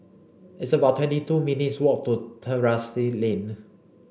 it's about twenty two minutes' walk to Terrasse Lane